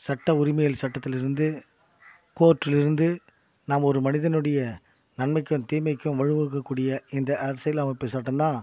சட்ட உரிமைகள் சட்டத்திலிருந்து கோர்டிலேருந்து நாம் ஒரு மனிதனுடைய நன்மைக்கும் தீமைக்கும் வழி வகுக்கக்கூடிய இந்த அரசியல் அமைப்பு சட்டம் தான்